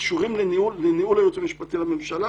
קשורים לניהול הייעוץ המשפטי לממשלה,